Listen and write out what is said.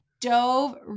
dove